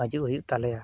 ᱦᱟᱹᱡᱩᱜ ᱦᱩᱭᱩᱜ ᱛᱟᱞᱮᱭᱟ